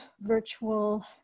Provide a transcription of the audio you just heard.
virtual